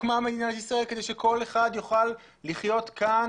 מדינת ישראל הוקמה כדי שכל אחד יוכל לחיות כאן